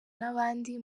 n’abandi